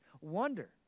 wonder